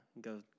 go